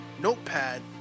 notepad